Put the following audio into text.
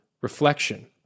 reflection